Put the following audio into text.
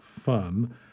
fun